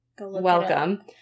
welcome